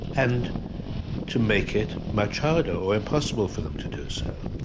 and to make it much harder, or impossible for them to do so.